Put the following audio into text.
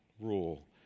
rule